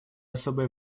особое